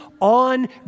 on